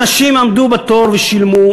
אנשים עמדו בתור ושילמו,